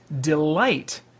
delight